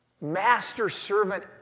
master-servant